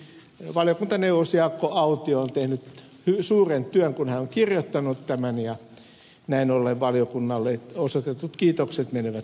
valiokuntaneuvos jaakko autio on tehnyt suuren työn kun hän on kirjoittanut tämän ja näin ollen valiokunnalle osoitetut kiitokset menevät myös hänelle